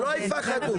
שלא יפחדו.